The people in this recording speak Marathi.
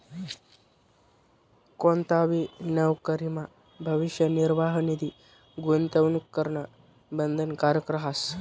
कोणताबी नवकरीमा भविष्य निर्वाह निधी गूंतवणूक करणं बंधनकारक रहास